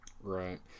Right